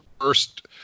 first